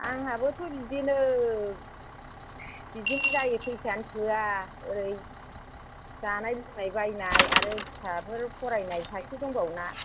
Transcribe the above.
आंहाबोथ' बिदिनो बिदिनो जायो फैसायानो थोआ ओरै जानाय लोंनाय बायनाय आरो फिसाफोर फरायनाय सासे दंबावोना